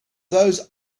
those